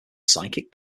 psychic